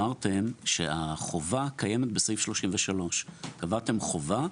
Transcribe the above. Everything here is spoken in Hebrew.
אמרתם שקיימת חובה בסעיף 33. קבעתם חובה,